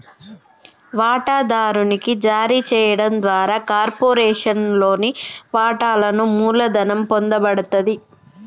వాటాదారునికి జారీ చేయడం ద్వారా కార్పొరేషన్లోని వాటాలను మూలధనం పొందబడతది